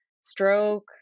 stroke